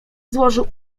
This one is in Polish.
złożył